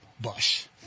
bus